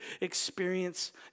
experience